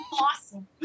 Awesome